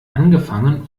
angefangen